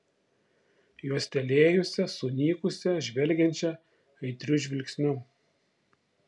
juostelėjusią sunykusią žvelgiančią aitriu žvilgsniu